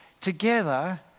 together